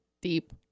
deep